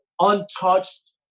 untouched